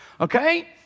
okay